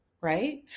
right